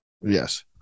Yes